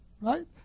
right